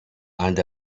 and